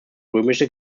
römische